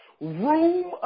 room